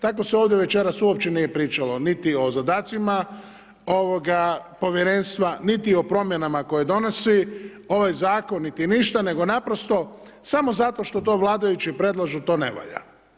Tako se ovdje večeras uopće nije pričalo niti o zadacima Povjerenstva, niti o promjenama koje donosi ovaj Zakon niti ništa, nego naprosto samo zato što to vladajući predlažu to ne valja.